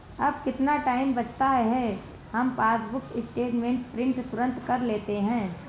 अब कितना टाइम बचता है, हम पासबुक स्टेटमेंट प्रिंट तुरंत कर लेते हैं